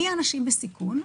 מי האנשים בסיכון?